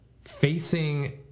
facing